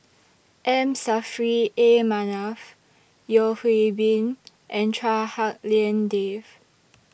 M Saffri A Manaf Yeo Hwee Bin and Chua Hak Lien Dave